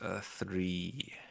three